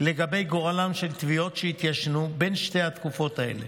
לגבי גורלן של תביעות שהתיישנו בין שתי התקופות האלה,